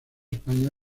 españa